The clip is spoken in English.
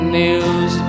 news